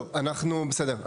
טוב, בסדר.